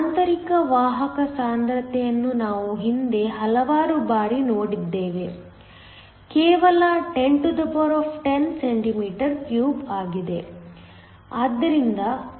ಆಂತರಿಕ ವಾಹಕ ಸಾಂದ್ರತೆಯನ್ನು ನಾವು ಹಿಂದೆ ಹಲವಾರು ಬಾರಿ ನೋಡಿದ್ದೇವೆ ಕೇವಲ 1010 cm 3 ಆಗಿದೆ